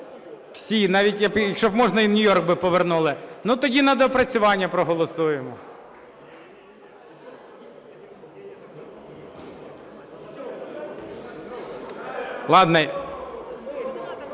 Всі. Навіть якщо б можна, і Нью-Йорк би повернули. Ну, тоді на доопрацювання проголосуємо.